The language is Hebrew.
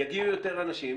יגיעו יותר אנשים.